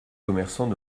commerçants